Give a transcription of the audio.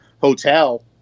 hotel –